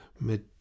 Mit